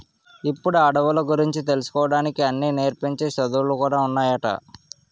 ఇప్పుడు అడవుల గురించి తెలుసుకోడానికి అన్నీ నేర్పించే చదువులు కూడా ఉన్నాయట